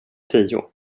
tio